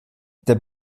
der